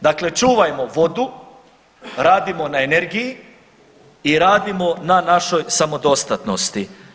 Dakle, čuvajmo vodu, radimo na energiji i radimo na našoj samodostatnosti.